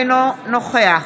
אינו נוכח